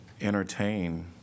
entertain